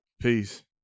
Peace